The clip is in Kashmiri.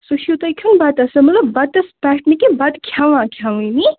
سُہ چھُو تۄہہِ کھیوٚن بَتَس سۭتۍ مطلب بَتَس پٮ۪ٹھ نہٕ کیٚںٛہہ بَتہٕ کھٮ۪وان کھٮ۪وانٕے